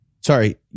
Sorry